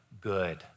good